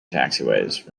taxiways